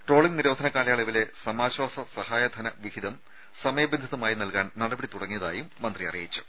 trawling നിരോധന കാലയളവിലെ സമാശ്വാസ സഹായധന വിഹിതം സമയബന്ധിതമായി നൽകാൻ നടപടി തുടങ്ങിയതായും മന്ത്രി അറിയിച്ചു